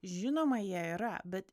žinoma jie yra bet